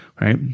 right